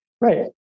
Right